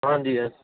ਹਾਂਜੀ